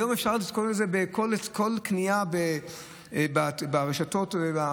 היום בכל קנייה ברשתות,